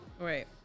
Right